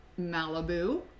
malibu